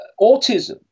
autism